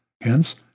Hence